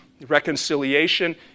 reconciliation